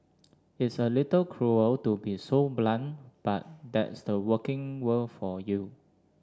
it's a little cruel to be so blunt but that's the working world for you